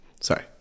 Sorry